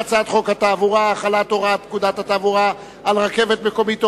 חוק התעבורה (החלת הוראות פקודת התעבורה על רכבת מקומית,